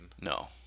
No